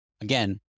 again